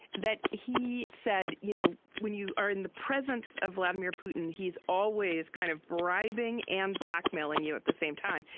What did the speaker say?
that he said, you know, when you are in the presence of vladimir putin, he's always kind of bribing and blackmailing you. at the same time,